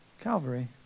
Calvary